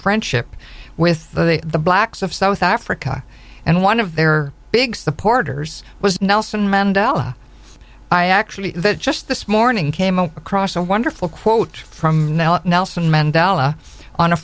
friendship with the blacks of south africa and one of their big supporters was nelson mandela i actually just this morning came across a wonderful quote from nelson mandela on a